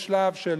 יש שלב של